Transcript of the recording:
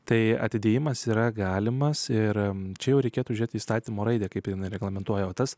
tai atidėjimas yra galimas ir čia jau reikėtų žiūrėti įstatymo raidę kaip reglamentuoja o tas